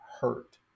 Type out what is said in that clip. hurt